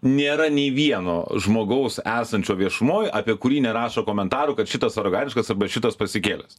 nėra nei vieno žmogaus esančio viešumoj apie kurį nerašo komentarų kad šitas arganiškas arba šitas pasikėlęs